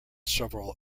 several